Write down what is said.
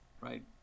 Right